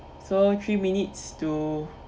so three minutes to